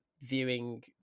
viewing